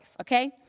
okay